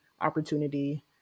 opportunity